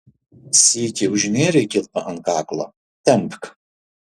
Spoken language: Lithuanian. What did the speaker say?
sykį užnėrei kilpą ant kaklo tempk